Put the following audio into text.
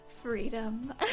freedom